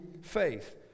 faith